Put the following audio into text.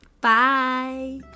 bye